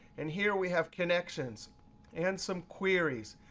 and here we have connections and some queries.